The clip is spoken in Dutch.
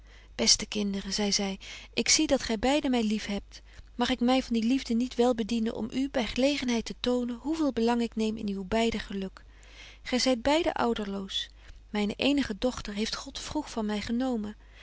beste kinderen zei zy ik zie dat gy beide my lief hebt mag ik my van die liefde niet wel bedienen om u by gelegenheid te tonen hoe veel belang ik neem in uw beider geluk gy zyt beide ouderloos myne eenige dochter heeft god vroeg van my genomen